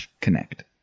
connect